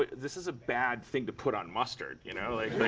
this is a bad thing to put on mustard. you know? like,